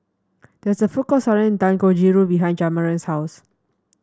there is a food court selling Dangojiru behind Jamarion's house